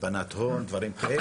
הלבנת הון, דברים כאלה?